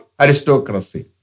aristocracy